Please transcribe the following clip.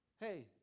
Hey